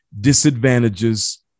disadvantages